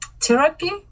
Therapy